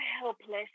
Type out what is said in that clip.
helpless